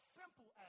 simple